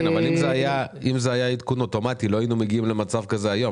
אם זה היה עדכון אוטומטי לא היינו מגיעים למצב כזה היום,